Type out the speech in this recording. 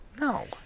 No